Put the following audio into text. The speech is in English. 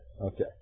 Okay